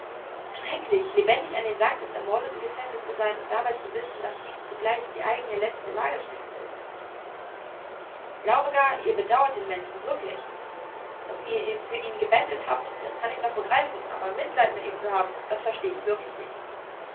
schrecklich lebendig an den sarg des ermordeten gefesselt zu sein und dabei zu wissen daß dies zugleich die eigene letzte lagerstätte ist ich glaube gar ihr bedauert den menschen wirklich daß ihr für ihn gebettelt habt das kann ich noch begreifen aber mitleid mit ihm zu haben das verstehe ich wirklich nicht